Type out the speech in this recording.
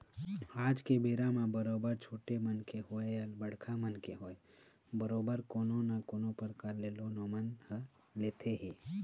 आज के बेरा म बरोबर छोटे मनखे होवय या बड़का मनखे होवय बरोबर कोनो न कोनो परकार के लोन ओमन ह लेथे ही